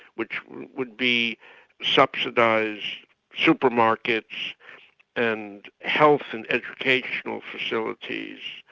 which would be subsidised supermarkets and health and educational facilities,